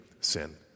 sin